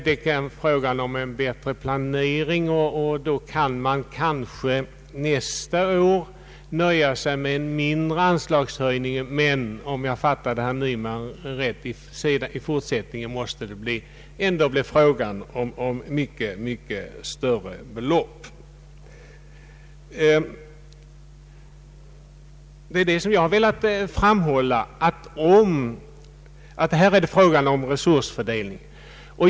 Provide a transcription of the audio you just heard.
Det kan bli fråga om en bättre planering, och då kan man kanske nästa år nöja sig med en mindre anslagshöjning, men om jag fattade herr Nyman rätt måste det i fortsättningen ändå bli fråga om mycket, mycket större belopp. Vad jag velat framhålla är att det är fråga om resursfördelningen.